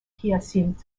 hyacinthe